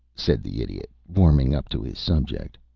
said the idiot, warming up to his subject.